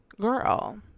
girl